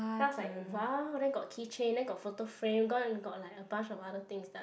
then I was like !wow! then got keychain then got photo frame then got like a bunch of other things that are like